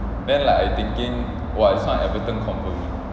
then like I thinking !wah! this [one] everton confirm win